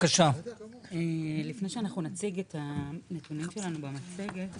לפני שנציג את הנתונים שלנו במצגת,